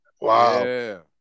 Wow